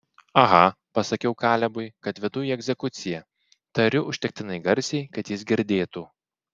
aha pasakiau kalebui kad vedu į egzekuciją tariu užtektinai garsiai kad jis girdėtų